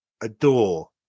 adore